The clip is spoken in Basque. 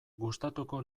gustatuko